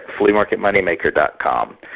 fleamarketmoneymaker.com